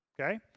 okay